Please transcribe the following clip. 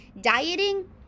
dieting